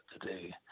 today